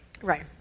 Right